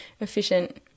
efficient